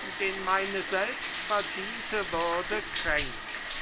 den meine selbstverdiente würde kränkt